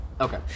Okay